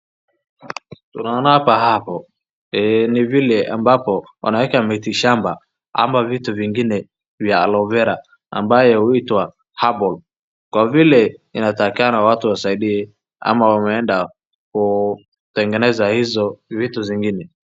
Tunaona hapa hapo, ni vile ambapo, wanaweka miti shamba ama vitu vingine vya Aloevera ambavyo huitwa herbal , kwa vile inatakikana watu wasaidie ama wameenda kutengeneza hizo vitu zingine.